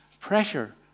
pressure